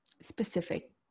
Specific